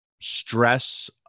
stress